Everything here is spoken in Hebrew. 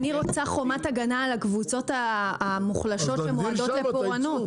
אני רוצה חומת הגנה על הקבוצות המוחלשות שמועדות לפורענות.